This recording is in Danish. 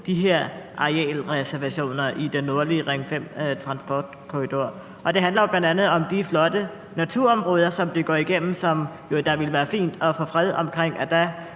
de her arealreservationer i den nordlige Ring 5-transportkorridor. Det handler jo bl.a. om de flotte naturområder, som den går igennem, og det ville være fint at få dem fredet,